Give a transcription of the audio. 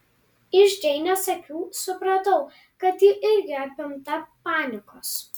iš džeinės akių supratau kad ji irgi apimta panikos